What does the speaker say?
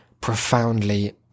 profoundly